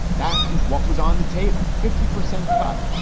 that is what was on the table. fifty percent cut,